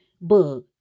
Bug